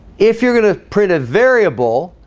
if you're going to print a variable,